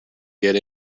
get